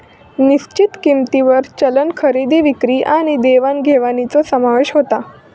निश्चित किंमतींवर चलन खरेदी विक्री आणि देवाण घेवाणीचो समावेश होता